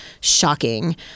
shocking